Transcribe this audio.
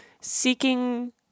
seeking